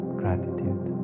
gratitude